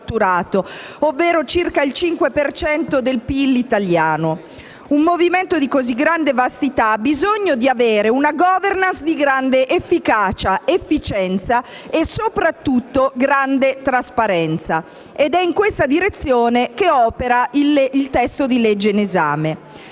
ovvero circa il 5 per cento del PIL italiano. Un movimento di così grande vastità ha bisogno di avere una *governance* di grande efficacia, efficienza e soprattutto grande trasparenza. È in questa direzione che opera il testo di legge in esame,